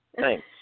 Thanks